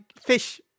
fish